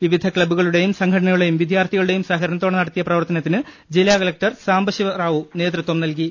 വിവിധ ക്ലബുകളുടെയും സംഘടനകളുടെയും വിദ്യാർഥിക ളുടെയും സഹകരണ ത്തോടെ നടത്തിയ പ്രവർത്തനത്തിന് ജില്ലാകലക്ടർ സാംബശിവറാവു നേതൃത്വം നൽകി